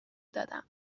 دادم